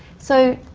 so,